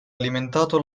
alimentato